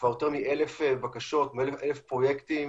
כבר יותר מ-1,000 בקשות, 1,000 פרויקטים,